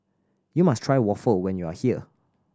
you must try waffle when you are here